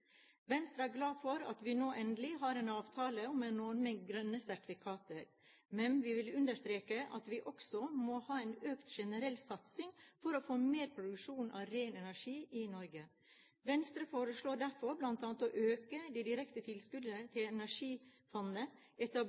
Venstre er glad for at vi nå endelig har en avtale om en ordning med grønne sertifikater, men vi vil understreke at vi også må ha en økt generell satsing for å få mer produksjon av ren energi i Norge. Venstre foreslår derfor bl.a. å øke de direkte tilskuddene til Energifondet,